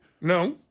No